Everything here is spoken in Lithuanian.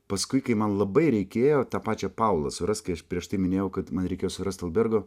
paskui kai man labai reikėjo tą pačią paulą surast kai aš prieš tai minėjau kad man reikėjo surasti albergo